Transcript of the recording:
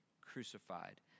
crucified